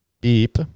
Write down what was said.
beep